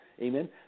amen